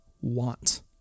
want